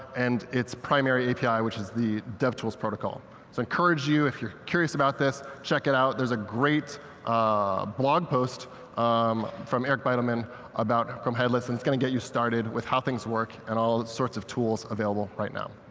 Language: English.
and its primary api, which is the devtool's protocol. so i encourage you, if you're curious about this, check it out. there's a great ah blog post um from eric bidelman about chrome headless. and it's going to get you started with how things work and all sorts of tools available right now.